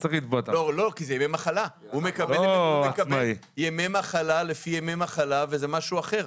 הוא מקבל ימי מחלה וזה משהו אחר.